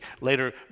later